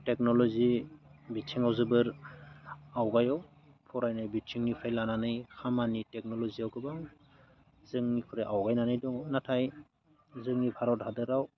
technology बिथिङाव जोबोर आवगायाव फरायनाय बिथिंनिफ्राय लानानै खामानि टेकनलजियाव गोबां जोंनिख्रुइ आवगायनानै दङ नाथाय जोंनि भारत हादरावबो